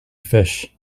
fish